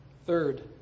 Third